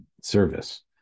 service